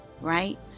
right